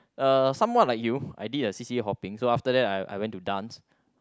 uh somewhat like you I did a C_c_A hopping so after that I I went to dance